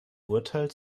urteil